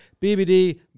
BBD